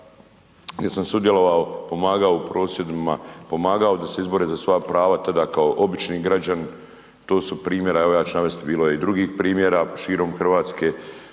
sam sudjelovao, pomagao u prosvjedima, pomagao da se izbore za svoja prava, te da kao obični građanin, to su primjeri evo ja ću navesti bilo je i drugih primjera širom Hrvatske,